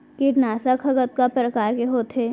कीटनाशक ह कतका प्रकार के होथे?